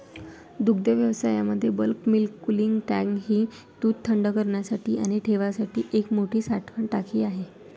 दुग्धव्यवसायामध्ये bulk milk cooling tank ही दूध थंड करण्यासाठी आणि ठेवण्यासाठी एक मोठी साठवण टाकी आहे